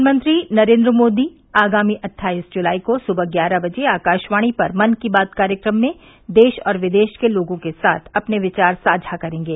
प्रधानमंत्री नरेन्द्र मोदी अट्ठाईस जुलाई को सुबह ग्यारह बजे आकाशवाणी पर मन की बात कार्यक्रम में देश और विदेश के लोगों के साथ अपने विचार साझा करेंगे